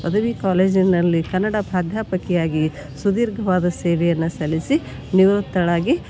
ಪದವಿ ಕಾಲೇಜಿನಲ್ಲಿ ಕನ್ನಡ ಪ್ರಾಧ್ಯಾಪಕಿಯಾಗಿ ಸುದೀರ್ಘವಾಗಿ ಸೇವೆಯನ್ನು ಸಲ್ಲಿಸಿ ನಿವೃತ್ತಳಾಗಿ